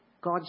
God